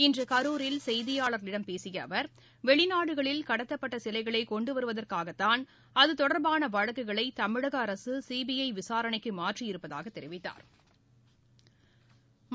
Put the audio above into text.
இன்று கரூரில் செய்தியாளர்களிடம் பேசிய அவர் வெளிநாடுகளில் கடத்தப்பட்ட சிலைகளை கொண்டு வருவதற்காகத்தான் அது தொடர்பான வழக்குகளை தமிழக அரசு சிபிஐ விசாரணைக்கு மாற்றியிருப்பதாகத் தெரிவித்தாா்